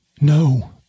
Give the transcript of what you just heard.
No